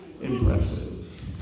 Impressive